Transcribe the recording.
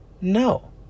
No